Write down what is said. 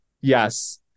Yes